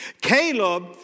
Caleb